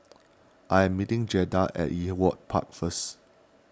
I am meeting Jaeda at Ewart Park first